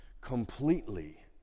completely